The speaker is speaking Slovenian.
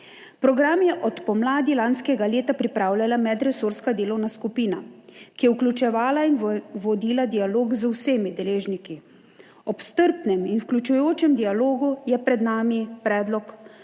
Program je od pomladi lanskega leta pripravljala medresorska delovna skupina, ki je vključevala in vodila dialog z vsemi deležniki. Ob strpnem in vključujočem dialogu je pred nami predlog